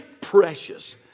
precious